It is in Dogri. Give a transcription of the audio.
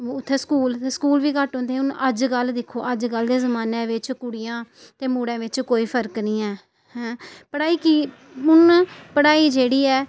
उत्थै स्कूल स्कूल बी घट्ट होंदे हे हून अजकल्ल दिक्खो अजकल्ल दे जमान्ने बिच्च कुड़ियां ते मुड़ें बिच्च कोई फर्क निं ऐ हैं पढ़ाई की हून पढ़ाई जेह्ड़ी ऐ